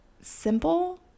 simple